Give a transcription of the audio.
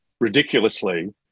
ridiculously